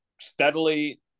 steadily